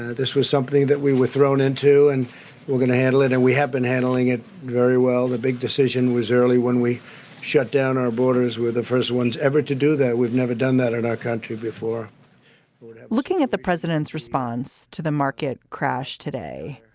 this was something that we were thrown into and we're going to handle it and we have been handling it very well. the big decision was early when we shut down our borders were the first ones ever to do that. we've never done that in our country before looking at the president's response to the market crash today.